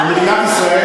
נכון.